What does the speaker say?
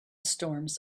storms